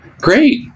Great